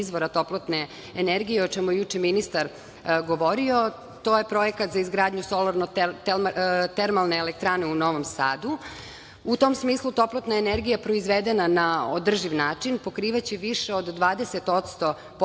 izvora toplotne energije, o čemu je juče ministar govorio, to je Projekat za izgradnju solarno-termalne elektrane u Novom Sadu. U tom smislu toplotna energija je proizvedena na održiv način pokrivaće više od 20%